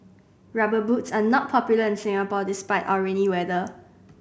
Rubber Boots are not popular in Singapore despite our rainy weather